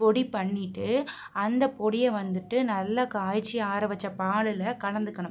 பொடி பண்ணிட்டு அந்த பொடியை வந்துட்டு நல்லா காய்ச்சி ஆற வச்ச பாலில் கலந்துக்கணும்